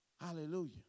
Hallelujah